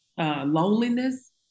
Loneliness